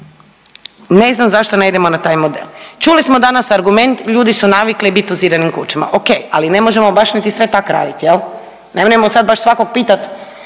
Ne znam zašto ne idemo na taj model. Čuli smo danas argument, ljudi su navikli bit u zidanim kućama, ok, ali ne možemo baš sve niti tak raditi, nemremo sad baš svakog pitat